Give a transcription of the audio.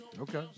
Okay